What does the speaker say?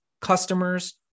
customers